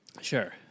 Sure